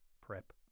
prep